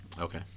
Okay